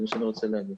זה מה שאני רוצה להגיד.